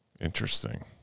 Interesting